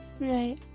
Right